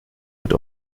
mit